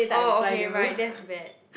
oh okay right that's bad